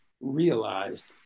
realized